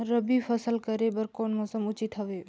रबी फसल करे बर कोन मौसम उचित हवे?